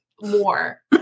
more